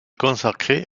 consacré